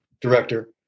director